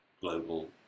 global